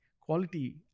quality